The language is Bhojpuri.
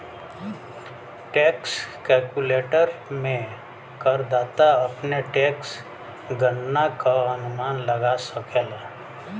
टैक्स कैलकुलेटर में करदाता अपने टैक्स गणना क अनुमान लगा सकला